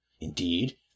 Indeed